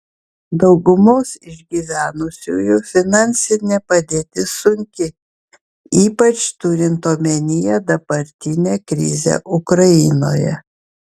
daugumos išgyvenusiųjų finansinė padėtis sunki ypač turint omenyje dabartinę krizę ukrainoje